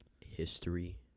history